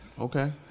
Okay